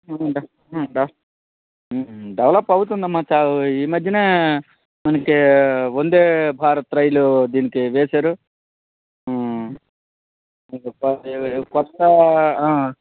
develop అవుతుందమ్మా చ ఈ మధ్యనే మనకే వందే భారత్ రైలు దీనికి వేసారు కొత్త ఆ